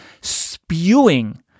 spewing